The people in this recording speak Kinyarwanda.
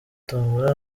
tombola